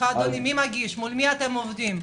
מול מי אתם עובדים?